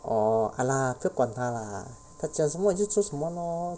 oh !hanna! 不要管他 lah 他讲什么你就做什么 lor